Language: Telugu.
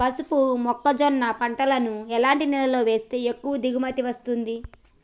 పసుపు మొక్క జొన్న పంటలను ఎలాంటి నేలలో వేస్తే ఎక్కువ దిగుమతి వస్తుంది?